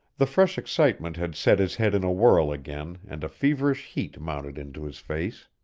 the fresh excitement had set his head in a whirl again and a feverish heat mounted into his face.